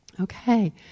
Okay